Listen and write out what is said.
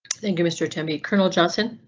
thank you mr. temby colonel johnson.